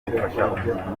bifasha